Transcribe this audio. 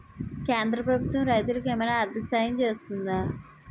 కేంద్ర ప్రభుత్వం రైతులకు ఏమైనా ఆర్థిక సాయం చేస్తుందా?